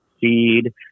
Seed